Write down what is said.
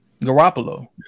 Garoppolo